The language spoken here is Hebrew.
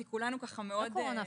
כי כולנו מאוד --- לא קורונה,